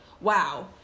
wow